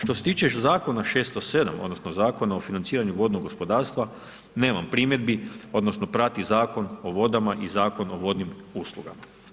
Što se tiče Zakona 607 odnosno, Zakona o financiranju vodnog gospodarstva, nemam primjedbi, odnosno, prati Zakon o vodama i Zakon o vodnim uslugama.